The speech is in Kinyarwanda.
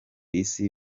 isi